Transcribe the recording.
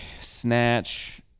snatch